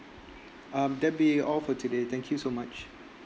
um that'd be all for today thank you so much